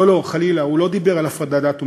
לא לא, חלילה, הוא לא דיבר על הפרדת דת ומדינה,